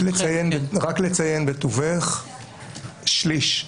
רק לציין בטובך, שליש,